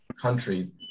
country